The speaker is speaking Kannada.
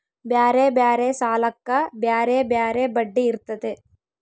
ಬ್ಯಾರೆ ಬ್ಯಾರೆ ಸಾಲಕ್ಕ ಬ್ಯಾರೆ ಬ್ಯಾರೆ ಬಡ್ಡಿ ಇರ್ತತೆ